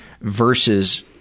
versus